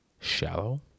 shallow